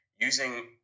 using